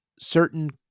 certain